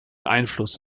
einfluss